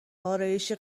ارایشی